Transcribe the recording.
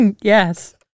Yes